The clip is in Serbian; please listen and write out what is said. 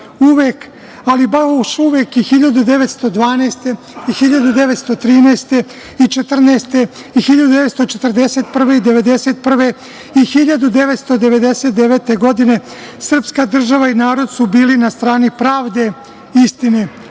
Uvek, ali baš uvek, i 1912, i 1913, i 1914, i 1941, i 1991, i 1999. godine srpska država i narod su bili na strani pravde, istine